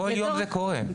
כל יום זה קורה.